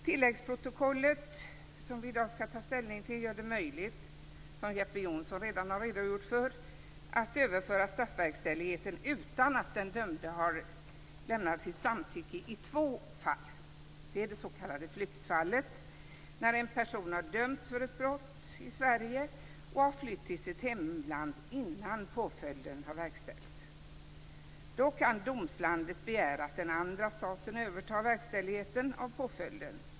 Tilläggsprotokollet, som vi i dag ska ta ställning till, gör det möjligt, som Jeppe Johnsson redan redogjort för, att överföra straffverkställigheten utan att den dömde har lämnat sitt samtycke; detta i två fall. Den ena situationen är det s.k. flyktfallet när en person har dömts för ett brott i Sverige och har flytt till sitt hemland innan påföljden verkställts. Då kan domslandet begära att den andra staten övertar verkställigheten av påföljden.